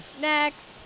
Next